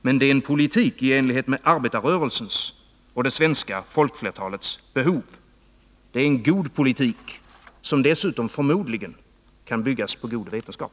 Men det är en politik i enlighet med arbetarrörelsens och det svenska folkflertalets behov. Det är en god politik, som dessutom förmodligen kan byggas på god vetenskap.